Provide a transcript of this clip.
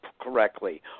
correctly